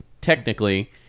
technically